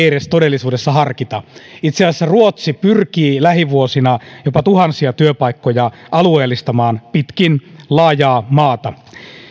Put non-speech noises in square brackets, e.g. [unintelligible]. [unintelligible] edes harkita itse asiassa ruotsi pyrkii lähivuosina jopa tuhansia työpaikkoja alueellistamaan pitkin laajaa maata